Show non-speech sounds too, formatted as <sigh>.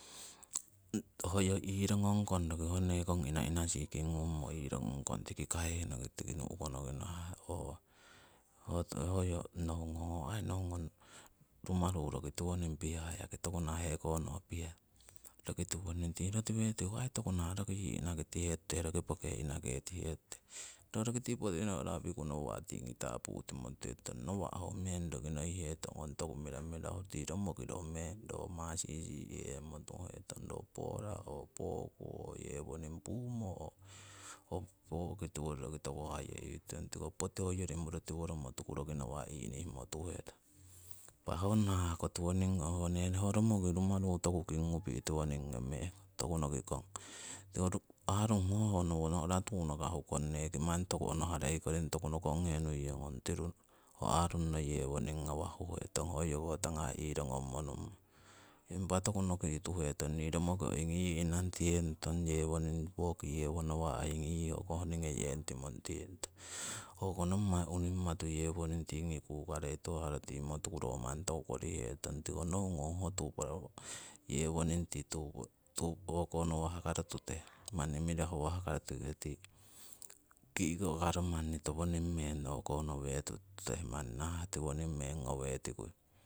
Hoyo irongong kong roki ho neekong ina ina si kingummo irongong kong tiki kahih noki, tiki nu'kono ki hoyo nohungong rumaru roki tiwoning pihah yaki tokunah heko no pihah. Tii rotiwetiku tokunah roki yii inakitihe tute poke inaketihe tute, ro roki tii poti no'ra nawa' piku tingi tapu'timo tuhetong, nawa' ho roki meng nohitetong ong toku mira mirahu tii romoki ro meng ro maa sisii' hemmo tuhetong ro pora oo poku oo yewoning pumo oo, ho poo'ki tiwori roki toku hayeyitong tiko poti hoyori roti woromo tuku roki nawa' inihimo tuhetong. Impa ho nahah ko tiwoning <unintelligible> nee ho romoki rumaru toku king ngupi' tiwoning ngomee'kong toku nokikong <unintelligible> ho arung ho honowo tunaka hukong neeki manni toku onoharei koring toku nokong he nuiyong ong tiru ho arung yewoning ngawah huhetong hoyoko tangah irongom nummong. Impa toku noki tuhetong ni romoki oingi yii inantihe nutong yewoning woki yewo yii nawa' oingi yii kohni neyentimo nutihenong, hoko nommai yewoning urinmatu yewoning tingi kukarei tuhah roti mo tuku ro manni toku kori hetong tiko nohungong <unintelligible> yewoning tii o'ko nowah karo tute manni mirahuwah karo tiki tii kii'ko karo tiwoning meng ngoweti kui